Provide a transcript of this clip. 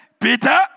Peter